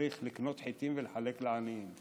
צריך לקנות חיטים ולחלק לעניים.